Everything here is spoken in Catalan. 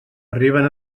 arriben